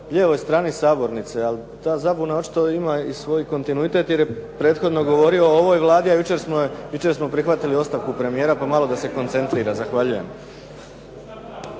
lijevoj strani sabornice, ali ta zabuna očito ima i svoj kontinuitet jer je prethodno govorio o ovoj Vladi, a jučer smo prihvatili ostavku premijera, pa malo da se koncentrira. Zahvaljujem.